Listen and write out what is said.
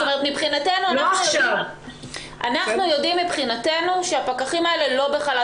אנחנו יודעים מבחינתנו שהפקחים האלה לא בחל"ת